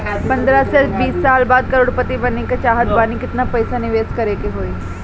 पंद्रह से बीस साल बाद करोड़ पति बने के चाहता बानी केतना पइसा निवेस करे के होई?